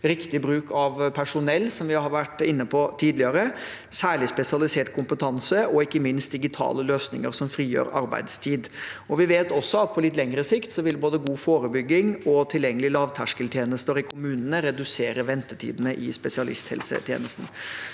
riktig bruk av personell – som vi har vært inne på tidligere – særlig spesialisert kompetanse og ikke minst digitale løsninger som frigjør arbeidstid. Vi vet at på litt lengre sikt vil både god forebygging og tilgjengelige lavterskeltjenester i kommunene redusere ventetidene i spesialisthelsetjenesten.